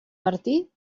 martí